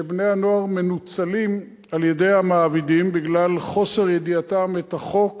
שבני-הנוער מנוצלים על-ידי המעבידים בגלל חוסר ידיעתם את החוק